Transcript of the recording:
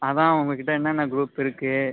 அதுதான் உங்கள்கிட்ட என்னென்ன குரூப் இருக்குது